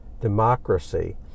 democracy